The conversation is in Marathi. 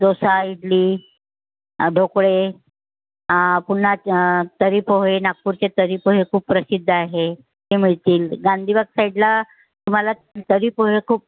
दोसा इडली ढोकळे पुन्हा तर्री पोहे नागपूरचे तर्री पोहे खूप प्रसिद्ध आहे ते मिळतील गांधी बाग साईडला तुम्हाला तर्री पोहे खूप